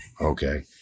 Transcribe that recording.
Okay